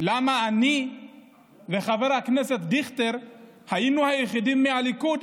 למה אני וחבר הכנסת דיכטר היינו היחידים מהליכוד,